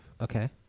Okay